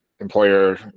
employer